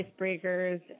icebreakers